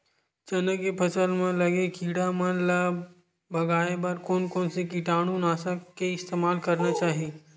चना के फसल म लगे किड़ा मन ला भगाये बर कोन कोन से कीटानु नाशक के इस्तेमाल करना चाहि?